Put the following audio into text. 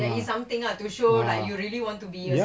ah ah ya